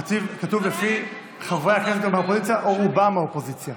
כתוב: לפי חברי הכנסת או מהאופוזיציה או רובם מהאופוזיציה.